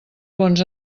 bons